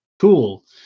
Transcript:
Cool